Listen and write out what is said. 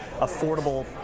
affordable